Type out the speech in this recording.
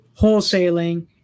wholesaling